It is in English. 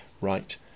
right